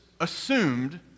assumed